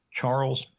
Charles